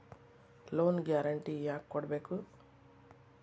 Loan guarantee ಯಾಕ್ ಕೊಡ್ಬೇಕು?